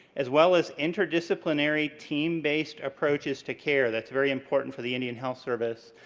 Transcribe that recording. as well as interdisciplinary, team-based approaches to care that's very important to the indian health service,